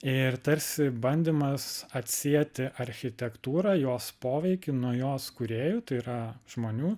ir tarsi bandymas atsieti architektūrą jos poveikį nuo jos kūrėjų tai yra žmonių